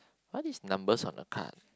what is numbers on the card